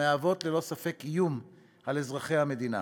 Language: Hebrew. המהוות ללא ספק איום על אזרחי המדינה.